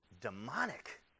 demonic